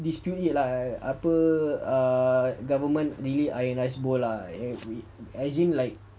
dispute it lah apa err government really iron rice bowl lah as in like